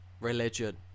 Religion